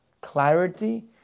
clarity